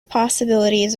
possibilities